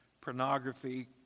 Pornography